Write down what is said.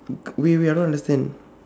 wait wait I don't understand